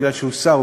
בגלל שהוא שר,